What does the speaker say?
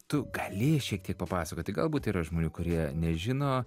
tu gali šiek tiek papasakoti galbūt yra žmonių kurie nežino